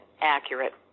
accurate